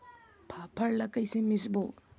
फाफण ला कइसे मिसबो?